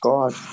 God